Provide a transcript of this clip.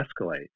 escalate